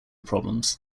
problems